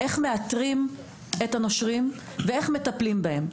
וגם איך מאתרים את הנושרים ואיך מטפלים בהם.